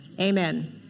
amen